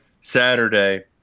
Saturday